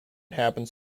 happens